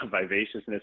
vivaciousness